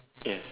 yes